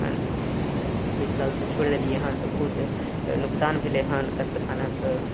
एखन बीस सालसँ छोड़ि देलिए हँ तऽ बहुत नोकसान भेलै हँ कत्लखानाके